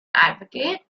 advocate